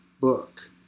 book